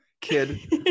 kid